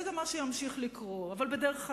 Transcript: זה גם מה שימשיך לקרות, אבל בדרך העקומה,